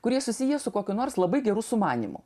kurie susiję su kokiu nors labai geru sumanymu